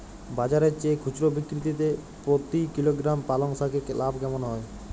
বাজারের চেয়ে খুচরো বিক্রিতে প্রতি কিলোগ্রাম পালং শাকে লাভ কেমন হয়?